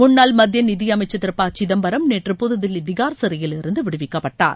முன்னாள் மத்திய நிதி அமைச்சர் திரு ப சிதம்பரம் நேற்று புது தில்லி திகார் சிறையிலிருந்து விடுவிக்கப்பட்டார்